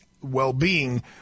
well-being